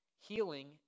healing